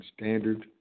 Standard